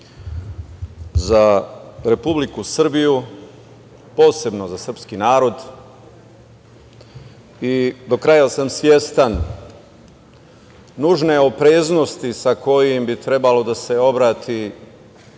za Republiku Srbiju, posebno za srpski narod. Do kraja sam svestan nužne opreznosti sa kojim bi trebalo da se obrati